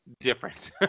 different